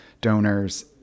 donors